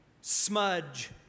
smudge